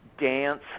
dance